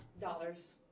Dollars